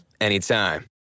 anytime